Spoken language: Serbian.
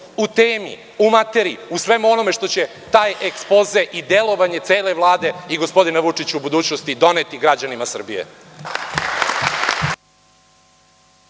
u temi, u materiji, u svemu onome što će taj ekspoze i delovanje cele Vlade i gospodina Vučića u budućnosti doneti građanima Srbije.